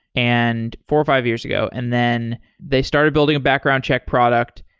and four or five years ago, and then they started building a background check product.